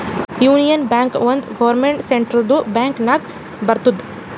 union Bank ಒಂದ್ government ಸೆಕ್ಟರ್ದು bank ನಾಗ್ ಬರ್ತುದ್